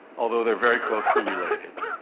although they are very closely related.